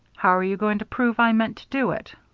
how're you going to prove i meant to do it?